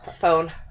Phone